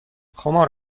خمار